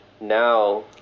now